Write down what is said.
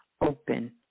open